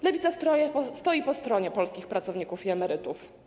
Lewica stoi po stronie polskich pracowników i emerytów.